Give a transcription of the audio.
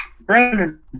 Brandon